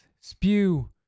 spew